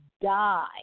die